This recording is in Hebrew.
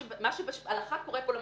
מה שקורה כאן,